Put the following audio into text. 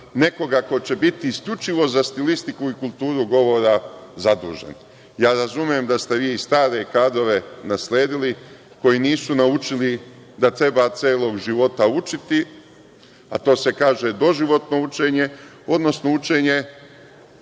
nekoga ko će biti isključivo za stilistiku i kulturu govora zadužen. Razumem da ste vi stare kadrove nasledili, koji nisu naučili da treba celog života učiti, a to se kaže doživotno učenje, odnosno učenje